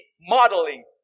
modeling